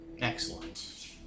Excellent